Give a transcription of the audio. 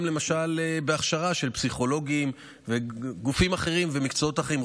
אלא גם למשל בהכשרה של פסיכולוגים וגופים אחרים ומקצועות אחרים,